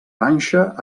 panxa